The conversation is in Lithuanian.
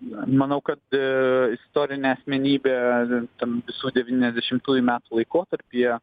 manau kad istorinė asmenybė ten visų devyniasdešimųjų metų laikotarpyje